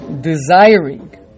desiring